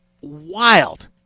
wild